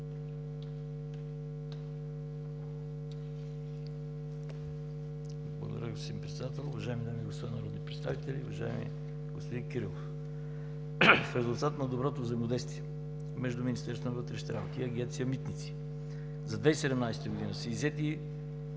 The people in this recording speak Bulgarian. Благодаря, господин Председател. Уважаеми дами и господа народни представители! Уважаеми господин Кирилов, в резултат на доброто взаимодействие между Министерството на вътрешните работи и Агенция „Митници“ за 2017 г. са иззети